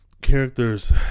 characters